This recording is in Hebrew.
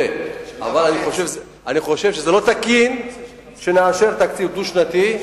אבל אני חושב שזה לא תקין שנאשר תקציב דו-שנתי.